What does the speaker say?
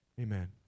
Amen